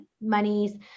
monies